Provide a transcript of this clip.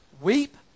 weep